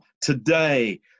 today